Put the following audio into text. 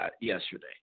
yesterday